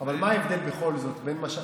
אבל מה ההבדל בכל זאת בין מה,